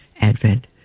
Advent